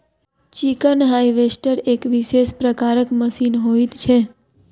chicken harvester एक विशेष प्रकारक मशीन होइत छै